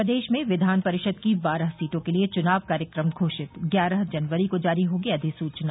प्रदेश में विधान परिषद की बारह सीटों के लिये चुनाव कार्यक्रम घोषित ग्यारह जनवरी को जारी होगी अधिसूचना